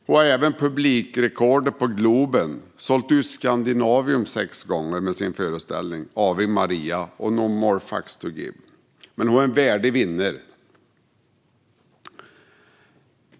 Hon har även publikrekordet i Globen och har sålt ut Scandinavium sex gånger med sin föreställning Avig Maria - No more fucks to give . Hon är en värdig vinnare.